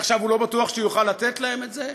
ועכשיו הוא לא בטוח שהוא יוכל לתת להם את זה.